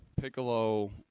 Piccolo